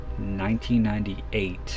1998